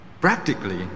practically